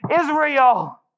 Israel